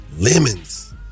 lemons